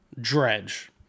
Dredge